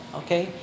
okay